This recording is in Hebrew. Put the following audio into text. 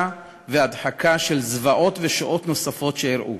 והדחקה של זוועות ושואות נוספות שאירעו,